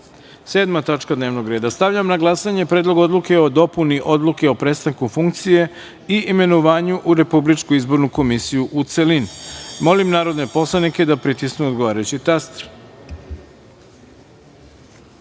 tačka dnevnog reda. Stavljam na glasanje Predlog odluke o dopuni Odluke o prestanku funkcije i imenovanju u Republičku izbornu komisiju, u celini. Molim narodne poslanike da pritisnu odgovarajući